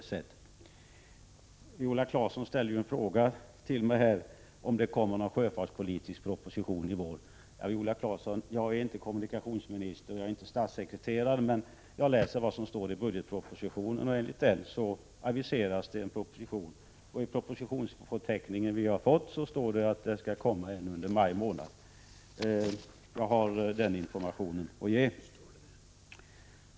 Viola Claesson frågade mig om det kommer någon sjöfartspolitisk proposition i vår. Ja, Viola Claesson, jag är inte kommunikationsminister och inte heller är jag statssekreterare. Jag har bara läst vad som står i budgetpropositionen och där aviseras om en proposition. I den propositionsförteckning som vi har fått står det att det skall komma en proposition under maj månad. Det är den information jag har att ge.